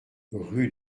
rue